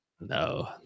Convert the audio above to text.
No